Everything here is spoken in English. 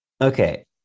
Okay